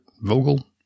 Vogel